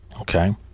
Okay